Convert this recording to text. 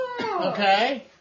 Okay